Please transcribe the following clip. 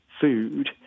food